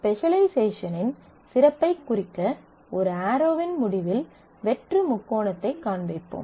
specialisation இன் சிறப்பைக் குறிக்க ஒரு ஆரோவின் முடிவில் வெற்று முக்கோணத்தைக் காண்பிப்போம்